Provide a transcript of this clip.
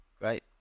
Right